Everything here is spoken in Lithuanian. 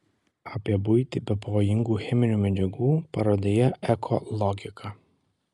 apie buitį be pavojingų cheminių medžiagų parodoje eko logika